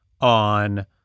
on